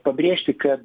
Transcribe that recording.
pabrėžti kad